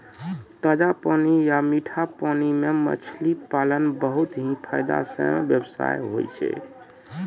ताजा पानी या मीठा पानी मॅ मछली पालन बहुत हीं फायदा के व्यवसाय होय छै